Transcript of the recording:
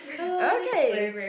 okay